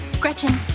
Gretchen